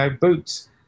boots